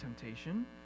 temptation